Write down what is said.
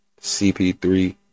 CP3